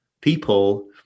people